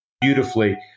beautifully